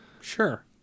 Sure